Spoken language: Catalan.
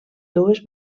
dues